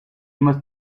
must